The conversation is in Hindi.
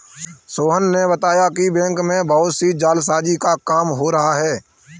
सोहन ने बताया कि बैंक में बहुत से जालसाजी का काम हो रहा है